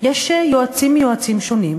יש יועצים מיועצים שונים,